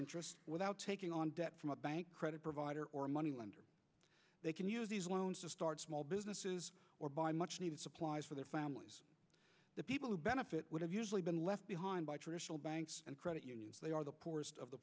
interest without taking on debt from a bank credit provider or a money lender they can use these loans to start small businesses or buy much needed supplies their families the people who benefit would have usually been left behind by traditional banks and credit they are the poorest of the